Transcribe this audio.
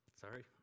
sorry